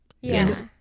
Yes